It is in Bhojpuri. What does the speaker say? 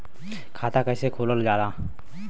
खाता कैसे खोलल जाला?